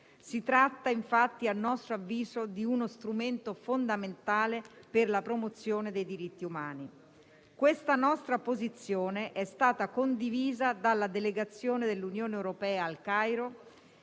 Si tratta, infatti, a nostro avviso, di uno strumento fondamentale per la promozione dei diritti umani. Questa nostra posizione è stata condivisa dalla delegazione dell'Unione europea al Cairo